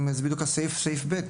זה בדיוק סעיף (ב)